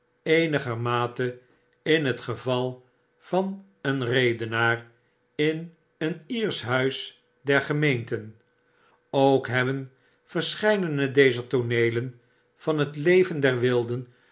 eenigermate in het geval van een redenaar in een iersch huis der gemeenten ook hebben verscheidene dezer tooneelen van het leven der wilden